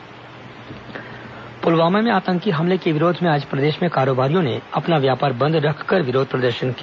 पुलवामा हमला बंद पुलवामा में आतंकी हमले के विरोध में आज प्रदेश में कारोबारियों ने अपना व्यापार बंद रखकर विरोध प्रदर्शन किया